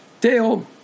Dale